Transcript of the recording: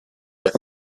with